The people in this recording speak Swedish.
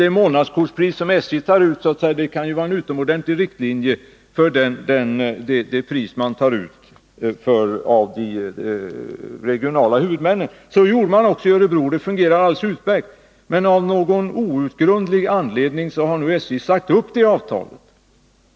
Det månadskortspris SJ tar ut kan här vara en utmärkt riktlinje för det pris som de regionala huvudmännen skall ta ut. Så gjorde man också i Örebro län. Det fungerade alldeles utmärkt, men av någon outgrundlig anledning har nu SJ sagt upp avtalet med Örebro län.